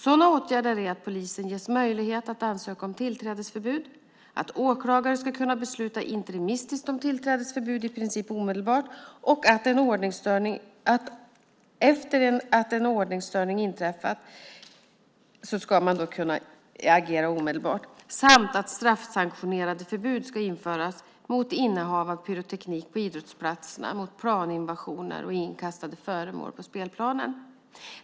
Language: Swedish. Sådana åtgärder är att polisen ges möjlighet att ansöka om tillträdesförbud, att åklagare ska kunna besluta interimistiskt om tillträdesförbud i princip omedelbart efter att en ordningsstörning inträffat samt att straffsanktionerade förbud ska införas mot innehav av pyroteknik på idrottsplatserna, mot planinvasioner och inkastade föremål på spelplanen.